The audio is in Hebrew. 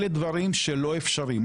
אלא דברים שהם לא אפשריים.